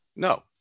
No